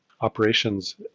operations